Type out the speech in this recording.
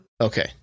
okay